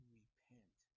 repent